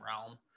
realm